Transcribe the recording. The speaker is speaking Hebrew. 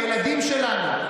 הילדים שלנו,